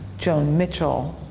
joan mitchell,